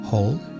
Hold